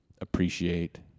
appreciate